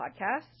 podcast